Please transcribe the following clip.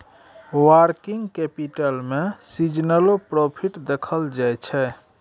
working capital में सीजनलो profit देखल जाइ छइ